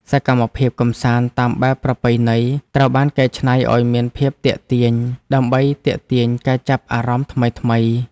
សកម្មភាពកម្សាន្តតាមបែបប្រពៃណីត្រូវបានកែច្នៃឱ្យមានភាពទាក់ទាញ ដើម្បីទាក់ទាញការចាប់អារម្មណ៍ថ្មីៗ។